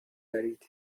دارید